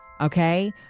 Okay